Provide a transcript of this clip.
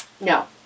No